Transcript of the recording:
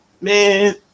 man